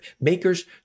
makers